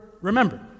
remember